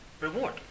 reward